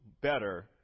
better